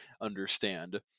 understand